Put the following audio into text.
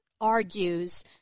argues